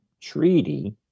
treaty